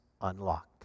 unlocked